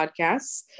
podcasts